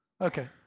Okay